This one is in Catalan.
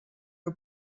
que